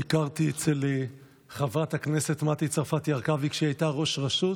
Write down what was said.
ביקרתי אצל חברת הכנסת מטי צרפתי הרכבי כשהיא הייתה ראש רשות,